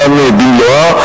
במלואה.